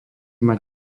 mať